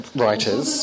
writers